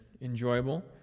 enjoyable